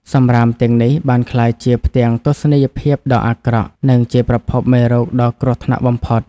សម្រាមទាំងនេះបានក្លាយជាផ្ទាំងទស្សនីយភាពដ៏អាក្រក់ និងជាប្រភពមេរោគដ៏គ្រោះថ្នាក់បំផុត។